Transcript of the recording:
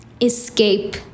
escape